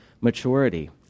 maturity